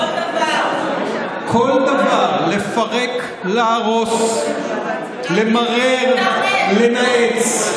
בכל דבר, כל דבר, לפרק, להרוס, למרר, לנאץ,